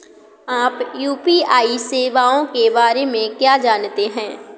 आप यू.पी.आई सेवाओं के बारे में क्या जानते हैं?